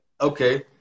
Okay